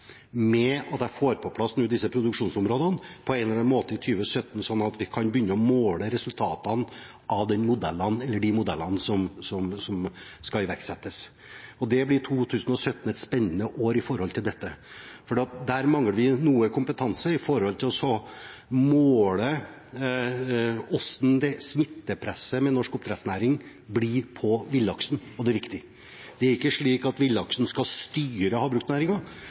med å få på plass disse produksjonsområdene på en eller annen måte i 2017, sånn at vi kan begynne å måle resultatene av de modellene som skal iverksettes, og da blir 2017 et spennende år. Vi mangler noe kompetanse på å måle hvordan smittepresset i norsk oppdrettsnæring blir når det gjelder villaksen, og det er viktig. Det er ikke slik at villaksen skal styre